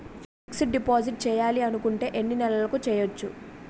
Fixed deposit చేయాలి అనుకుంటే ఎన్నే నెలలకు చేయొచ్చు?